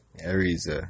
Aries